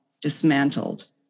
dismantled